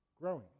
growing